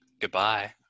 goodbye